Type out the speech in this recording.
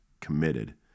committed